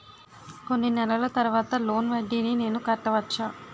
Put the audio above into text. కొన్ని నెలల తర్వాత లోన్ వడ్డీని నేను కట్టవచ్చా?